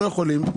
לא יכולים.